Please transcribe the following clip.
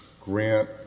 Grant